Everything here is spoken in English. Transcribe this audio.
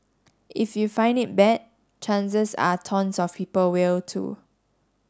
if you find it bad chances are tons of people will too